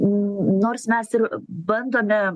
nors mes ir bandome